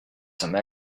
some